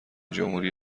جمهوری